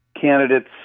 candidates